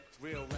Real